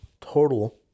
total